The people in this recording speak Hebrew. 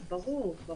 ברור.